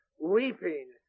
weeping